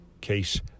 case